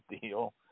deal